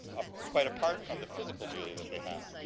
quite apart from the physical beauty that they have.